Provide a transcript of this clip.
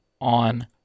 on